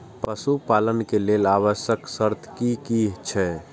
पशु पालन के लेल आवश्यक शर्त की की छै?